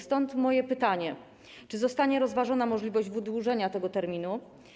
Stąd moje pytanie: Czy zostanie rozważona możliwość wydłużenia tego terminu?